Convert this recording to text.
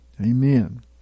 Amen